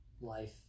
life